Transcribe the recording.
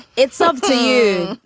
it's up to you.